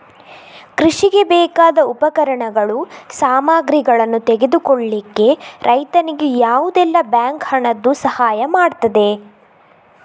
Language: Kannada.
ಕೃಷಿಗೆ ಬೇಕಾದ ಉಪಕರಣಗಳು, ಸಾಮಗ್ರಿಗಳನ್ನು ತೆಗೆದುಕೊಳ್ಳಿಕ್ಕೆ ರೈತನಿಗೆ ಯಾವುದೆಲ್ಲ ಬ್ಯಾಂಕ್ ಹಣದ್ದು ಸಹಾಯ ಮಾಡ್ತದೆ?